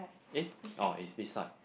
eh oh is this side